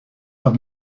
have